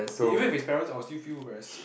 eve~ even if it's parents I will still feel very sian